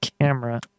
camera